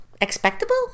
Expectable